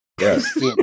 yes